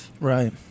right